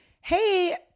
hey